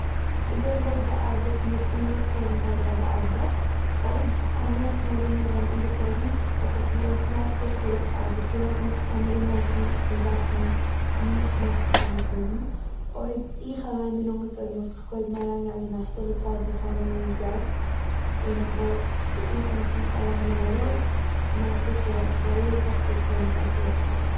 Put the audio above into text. וויזוי כ'וואלט געארבעט מיט אנגעצויגנקייט ביי די ארבעט. אויב אלע מענטשן ארום מיך זענען אנגעצויגן וואלט איך געמאכט זיכער אז איך לאז נישט אנדערע מענטשן און זאכן מיך מאכן אנגעצויגן. אויב איך אליין בין אנגעצויגן, וואלט איך קודם אריינגעגאנגען אין א פלאץ וואו קיינער איז נישט דארט, און כ'וואלט געאטעמט אריין אין ארויס, און גאמאכט זיכער אז איך בארואג זיך ביז- ווען איך גיי צוריק ארויס.